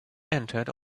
entered